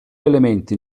elementi